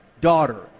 daughter